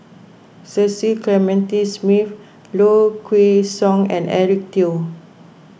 Cecil Clementi Smith Low Kway Song and Eric Teo